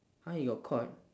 !huh! you got caught